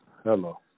Hello